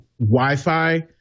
Wi-Fi